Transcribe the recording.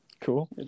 Cool